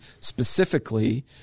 specifically